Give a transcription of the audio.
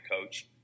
coach